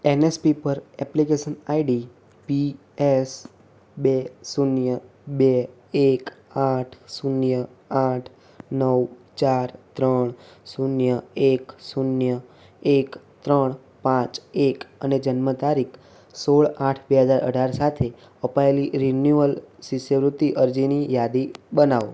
NSP પર application ID P S બે શૂન્ય બે એક આઠ શૂન્ય આઠ નવ ચાર ત્રણ શૂન્ય એક શૂન્ય એક ત્રણ પાંચ એક અને જન્મ તારીખ સોળ આઠ બે હજાર અઢાર સાથે અપાયેલી રિન્યૂઅલ શિષ્યવૃત્તિ અરજીની યાદી બનાવો